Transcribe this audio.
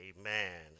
amen